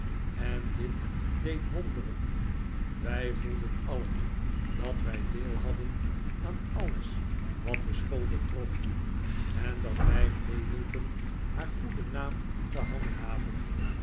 en dit deed wonderen wij voelden alien dat wij deel hadden aan alles wat de school betrof en dat wij meehielpen haar goeden naam te handhaven